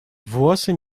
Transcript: włosy